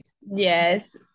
yes